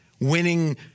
winning